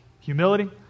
humility